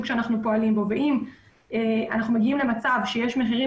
בו אנחנו פועלים ואם אנחנו מגיעים למצב שיש מחירים